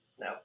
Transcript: no